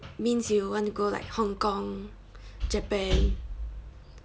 means you want to go like hong-kong japan